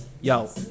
yo